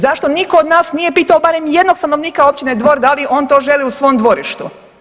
Zašto nitko od nas nije pitao barem jednog stanovnika općine Dvor da li on to želi u svom dvorištu?